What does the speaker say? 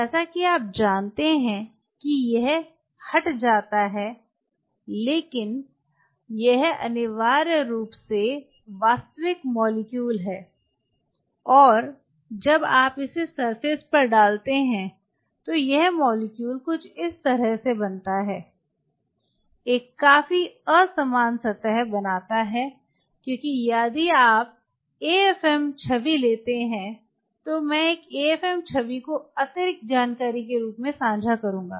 जैसा कि आप जानते हैं कि यह हैट जाता है लेकिन यह अनिवार्य रूप से वास्तविक मॉलिक्यूल है और जब आप इसे सरफेस पर डालते हैं तो यह मॉलिक्यूल कुछ इस तरह से बनता है एक काफी असमान सतह बनाता है क्योंकि यदि आप एक एएफएम छवि लेते हैं तो मैं एक एएफएम छवि को अतिरिक्त जानकारी के रूप में साझा करूंगा